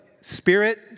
spirit